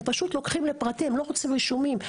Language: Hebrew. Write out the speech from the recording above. הם פשוט לוקחים לפרטי, הם לא רוצים רישומים.